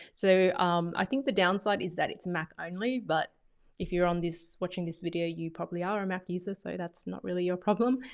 so um i think the downside is that it's mac only, but if you're on this watching this video, you probably ah are a mac user, so that's not really your problem.